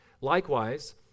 Likewise